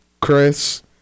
Chris